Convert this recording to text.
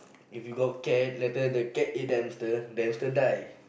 if you got cat later the cat eat the hamster the hamster die